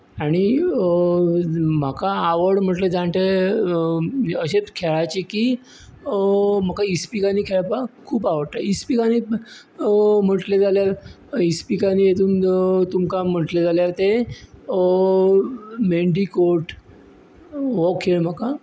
आनी म्हाका आवड म्हणल्यार जाणटेल्या अशेंच खेळाची की म्हाका इस्पिकांनी खेळपाक खूब आवडटा इस्पिकांनी म्हणटलें जाल्यार इस्पिकांनी तुमकां म्हणटलें जाल्यार तें मेंडीकोट हो खेळ म्हाका